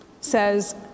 says